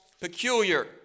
peculiar